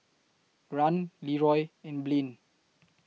Rahn Leroy and Blaine